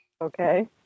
Okay